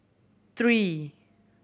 three